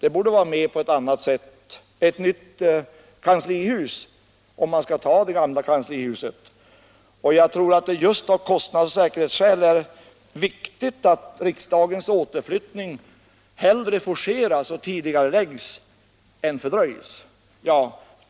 Det borde vara med, om riksdagen skall ta det gamla kanslihuset i anspråk. Jag tror att det av kostnadsoch säkerhetsskäl är viktigt att riksdagens återflyttning hellre forceras och tidigareläggs än fördröjs.